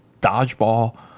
dodgeball